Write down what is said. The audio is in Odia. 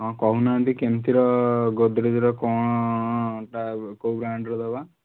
ହଁ କହୁ ନାହାନ୍ତି କେମିତିର ଗୋଦ୍ରେଜ୍ର କ'ଣ ଟା କେଉଁ ବ୍ରାଣ୍ଡ୍ର ଦେବା